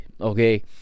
okay